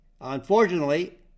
Unfortunately